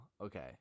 okay